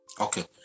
Okay